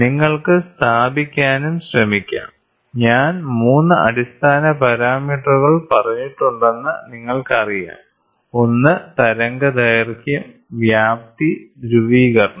നിങ്ങൾക്ക് സ്ഥാപിക്കാനും ശ്രമിക്കാം ഞാൻ 3 അടിസ്ഥാന പാരാമീറ്ററുകൾ പറഞ്ഞിട്ടുണ്ടെന്ന് നിങ്ങൾക്കറിയാം ഒന്ന് തരംഗദൈർഘ്യം വ്യാപ്തി ധ്രുവീകരണം